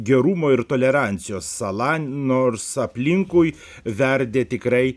gerumo ir tolerancijos sala nors aplinkui verdė tikrai